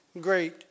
great